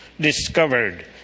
discovered